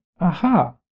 Aha